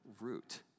root